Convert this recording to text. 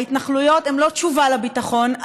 ההתנחלויות הן לא תשובה לביטחון,